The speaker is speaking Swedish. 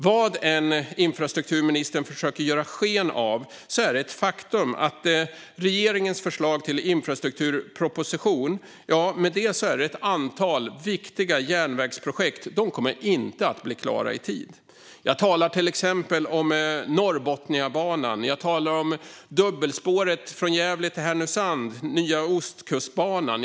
Vad än infrastrukturministern försöker ge sken av är det ett faktum att med regeringens förslag till infrastrukturproposition kommer ett antal viktiga järnvägsprojekt inte att bli klara i tid. Jag talar till exempel om Norrbotniabanan. Jag talar om dubbelspåret mellan Gävle och Härnösand och om nya Ostkustbanan.